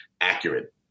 accurate